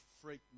freak